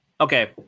Okay